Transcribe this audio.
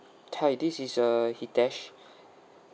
hi this is uh hitesh